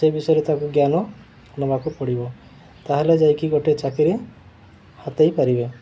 ସେ ବିଷୟରେ ତାକୁ ଜ୍ଞାନ ନେବାକୁ ପଡ଼ିବ ତା'ହେଲେ ଯାଇକି ଗୋଟେ ଚାକିରି ହାତେଇ ପାରିବେ